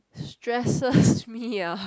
stresses me ah